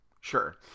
Sure